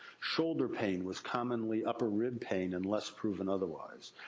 shoulder pain was commonly upper rib pain, unless proven otherwise.